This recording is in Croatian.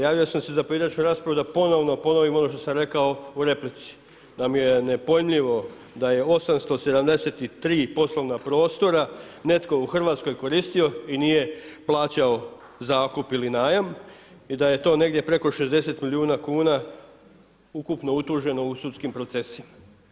Javio sam se za pojedinačnu raspravu da ponovno ponovim ono što sam rekao u replici da mi je nepojmljivo da je 873 poslovna prostora netko u Hrvatskoj koristio i nije plaćao zakup ili najam i da je to negdje preko 60 milijuna kuna ukupno utuženo u sudskim procesima.